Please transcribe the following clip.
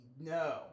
No